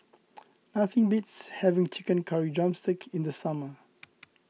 nothing beats having Chicken Curry Drumstick in the summer